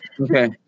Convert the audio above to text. Okay